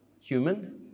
human